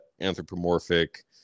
anthropomorphic